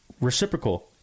reciprocal